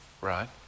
Right